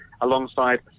alongside